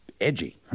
edgy